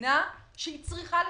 מבינה שהיא צריכה לשלם.